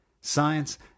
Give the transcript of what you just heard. science